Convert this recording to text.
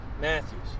Matthews